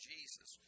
Jesus